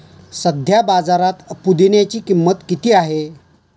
सध्या बाजारात पुदिन्याची किंमत किती आहे?